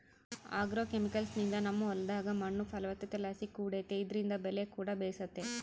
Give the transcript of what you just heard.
ಆಗ್ರೋಕೆಮಿಕಲ್ಸ್ನಿಂದ ನಮ್ಮ ಹೊಲದಾಗ ಮಣ್ಣು ಫಲವತ್ತತೆಲಾಸಿ ಕೂಡೆತೆ ಇದ್ರಿಂದ ಬೆಲೆಕೂಡ ಬೇಸೆತೆ